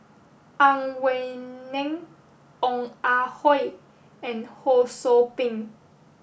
Ang Wei Neng Ong Ah Hoi and Ho Sou Ping